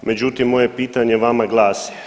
Međutim moje pitanje vama glasi.